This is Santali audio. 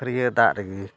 ᱯᱷᱟᱹᱨᱭᱟᱹ ᱫᱟᱜ ᱨᱮᱜᱮ